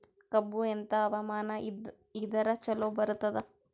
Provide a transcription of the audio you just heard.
ಕಬ್ಬು ಎಂಥಾ ಹವಾಮಾನ ಇದರ ಚಲೋ ಬರತ್ತಾದ?